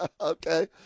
okay